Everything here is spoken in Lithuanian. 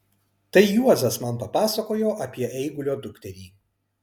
tai juozas man papasakojo apie eigulio dukterį